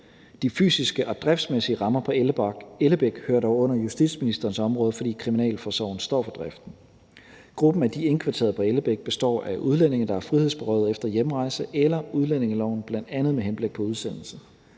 De fysiske og driftsmæssige rammer på Ellebæk hører dog under justitsministerens område, fordi Kriminalforsorgen står for driften. Gruppen af de indkvarterede på Ellebæk består af udlændinge, der er frihedsberøvet efter hjemrejseloven eller udlændingeloven, bl.a. med henblik på udsendelse.